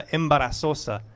embarazosa